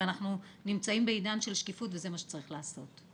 אנחנו נמצאים בעידן של שקיפות וזה מה שצריך לעשות.